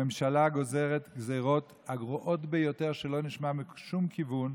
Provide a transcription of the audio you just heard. הממשלה גוזרת גזרות גרועות ביותר שלא נשמעות משום כיוון.